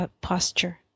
posture